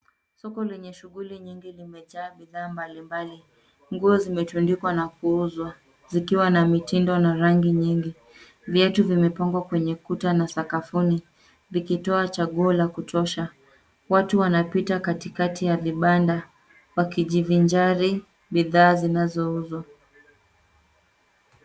Soko lenye shughuli nyingi limejaa bidhaa mbalimbali. Nguo zimetundikwa na kuuzwa zikiwa na mitindo na rangi nyingi. Viatu vimepangwa kwenye kuta na sakafuni, vikitoa chaguo la kutosha. Watu wanapita katikati ya vibanda wakijivinjari bidhaa zinazouzwa.